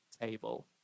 table